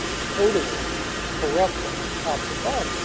totally corrupt from top to bottom.